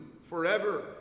forever